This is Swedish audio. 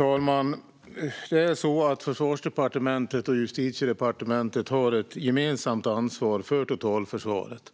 Herr talman! Försvarsdepartementet och Justitiedepartementet har ett gemensamt ansvar för totalförsvaret.